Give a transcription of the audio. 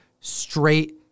straight